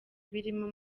birimo